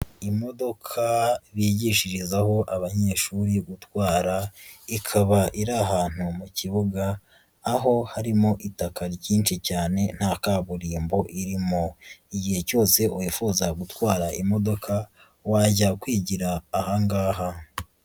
Imodoka bigishirizaho abanyeshuri gutwara ikaba iri ahantu mu kibuga, aho harimo itaka ryinshi cyane nta kaburimbo irimo. Igihe cyose wifuza gutwara imodoka wajya kwigira aha ngaha.